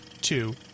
two